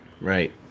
right